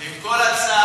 עם כל הצער.